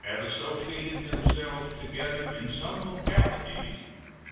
have associated themselves together in some localities